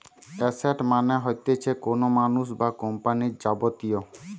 asset মানে হতিছে কোনো মানুষ বা কোম্পানির যাবতীয়